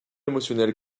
émotionnel